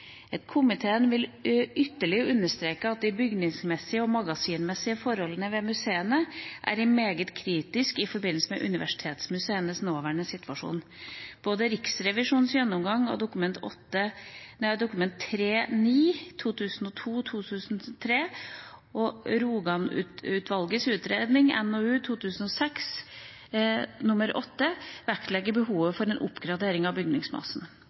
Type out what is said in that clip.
vil ytterligere understreke at de bygningsmessige og magasinmessige forholdene ved museene er det mest kritiske i forbindelse med universitetsmuseenes nåværende situasjon. Både Riksrevisjonens gjennomgang i Dokument nr. 3:9 og Rogan-utvalgets utredning i NOU 2006:8 vektlegger behovet for en oppgradering av bygningsmassen.